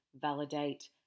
validate